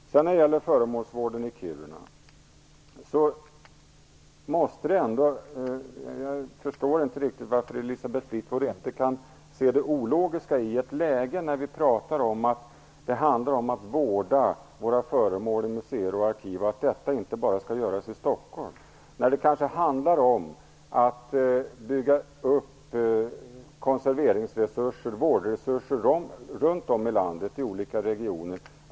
När det sedan gäller Föremålsvården i Kiruna förstår jag inte varför Elisabeth Fleetwood inte kan se det logiska, i ett läge när vi pratar om att det handlar om att vårda våra föremål i museer och arkiv, i att detta inte bara skall göras i Stockholm. Det handlar ju om att bygga upp konserveringsresurser och vårdresurser runt om i landet i olika regioner.